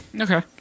okay